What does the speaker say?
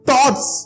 Thoughts